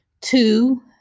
Two